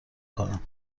کنم